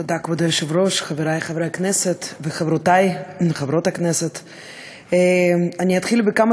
תודה רבה, חבר הכנסת עמר בר-לב.